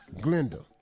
Glinda